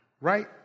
right